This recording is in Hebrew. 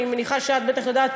אני מניחה שאת בטח יודעת,